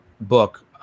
book